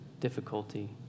difficulty